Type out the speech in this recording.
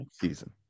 Season